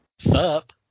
Sup